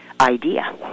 idea